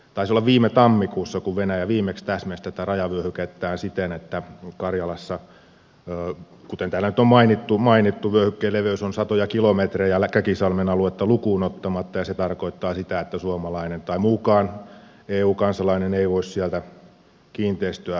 taisi olla viime tammikuussa kun venäjä viimeksi täsmensi tätä rajavyöhykettään siten että karjalassa kuten täällä nyt on mainittu vyöhykkeen leveys on satoja kilometrejä käkisalmen aluetta lukuun ottamatta ja se tarkoittaa sitä että suomalainen tai muukaan eu kansalainen ei voi sieltä kiinteistöä omistaa